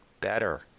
better